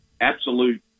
absolute